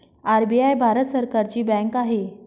RBI Bharat सरकारची bank आहे